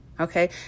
Okay